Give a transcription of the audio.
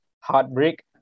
heartbreak